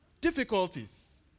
difficulties